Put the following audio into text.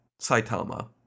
Saitama